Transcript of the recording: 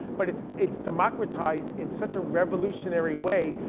but it's it's democratized in such a revolutionary way,